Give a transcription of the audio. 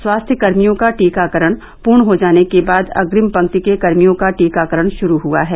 स्वास्थ्यकर्मियों का टीकाकरण पूर्ण हो जाने के बाद अप्रिम पंक्ति के कर्मियों का टीकाकरण शुरू हुआ है